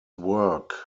work